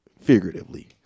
figuratively